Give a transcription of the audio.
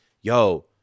yo